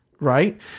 Right